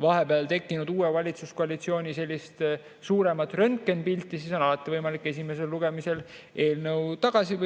vahepeal tekkinud uue valitsuskoalitsiooni röntgenipilti, siis on võimalik esimesel lugemisel eelnõu tagasi